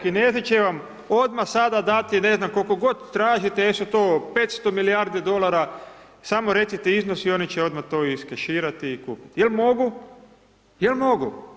Evo, Kinezi će vam odmah sada dati, ne znam, koliko god tražite, jesu to 500 milijardi dolara, samo recite iznos i oni će odmah to iskeširati i kupiti jel mogu, jel mogu?